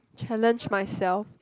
challenge myself